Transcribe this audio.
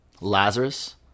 Lazarus